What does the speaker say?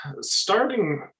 starting